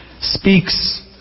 speaks